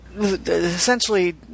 essentially